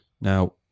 Now